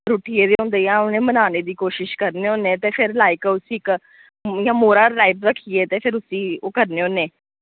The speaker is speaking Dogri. रूठी गेदे होंदे यां उ'नें मनाने दी कोशिश करने होन्ने ते फिर लाइक उस्सी इक इ'यां मोह्रा टाइप रखिये ते फिर उस्सी ओ करने होन्ने